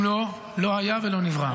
לא, לא היה ולא נברא.